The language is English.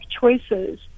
choices